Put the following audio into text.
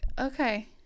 okay